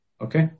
okay